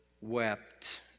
wept